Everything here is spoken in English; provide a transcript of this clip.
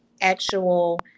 actual